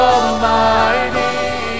Almighty